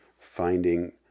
finding